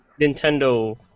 Nintendo